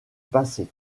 passé